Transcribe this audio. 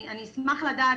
אני אשמח לדעת